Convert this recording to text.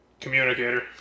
Communicator